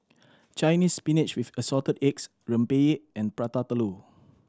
Chinese Spinach with Assorted Eggs rempeyek and Prata Telur